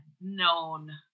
known